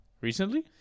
Recently